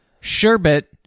Sherbet